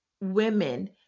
women